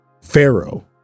Pharaoh